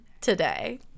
today